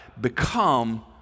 become